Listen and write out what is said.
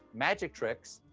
magic tricks,